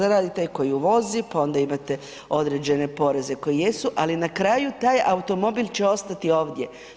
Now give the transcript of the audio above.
Zaradi taj koji uvozi, pa onda imate određene poreze koji jesu, ali na kraju taj automobil će ostati ovdje.